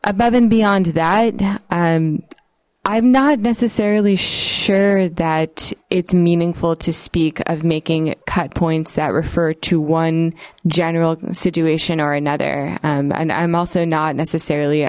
above and beyond that um i'm not necessarily sure that it's meaningful to speak of making cut points that refer to one general situation or another and i'm also not necessarily